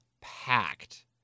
packed